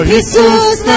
Jesus